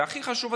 והכי חשוב,